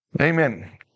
Amen